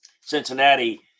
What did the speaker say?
Cincinnati